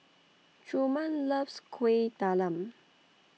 Truman loves Kuih Talam